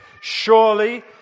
surely